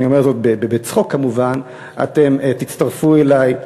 אני אומר את זה בצחוק, כמובן, אתם תצטרפו אלי.